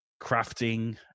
crafting